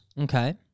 Okay